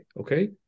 okay